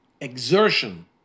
exertion